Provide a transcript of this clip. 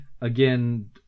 again